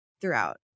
throughout